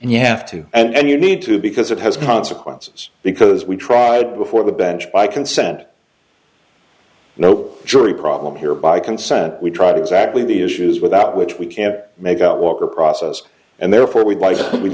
you have to and you need to because it has consequences because we tried before the bench by consent no jury problem here by consent we tried exactly the issues without which we can't make out walker process and therefore we